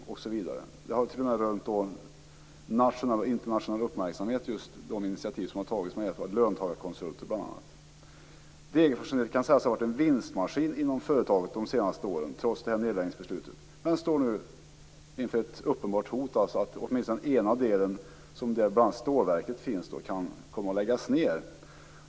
De initiativ som har tagits, bl.a. med hjälp av löntagarkonsulter, har t.o.m. rönt nationell och internationell uppmärksamhet. Degerforsenheten kan sägas ha varit en vinstmaskin inom företaget de senaste åren, trots nedläggningsbeslutet, men står nu inför ett uppenbart hot att åtminstone den ena delen, där stålverket finns, kan komma att läggas ned.